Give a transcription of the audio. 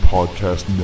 Podcast